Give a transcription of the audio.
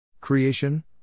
Creation